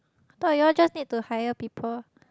I thought you all just need to hire people